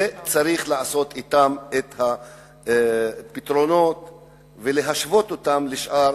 צריך לעשות אתם את הפתרונות, ולהשוות אותם לשאר